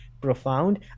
profound